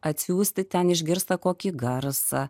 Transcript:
atsiųsti ten išgirsta kokį garsą